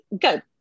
good